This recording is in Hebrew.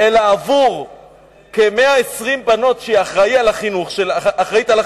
אלא עבור כ-120 בנות שהיא אחראית על החינוך שלהן,